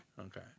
Okay